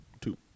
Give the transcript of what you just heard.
two